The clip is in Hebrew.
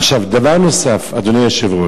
עכשיו, דבר נוסף, אדוני היושב-ראש: